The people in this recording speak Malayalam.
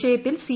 വിഷയത്തിൽ സി